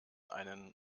einen